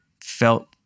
felt